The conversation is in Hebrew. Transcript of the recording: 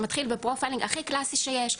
שמתחיל בפרופיילינג הכי קלאסי שיש.